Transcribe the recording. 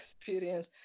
experience